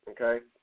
okay